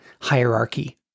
hierarchy